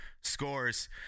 scores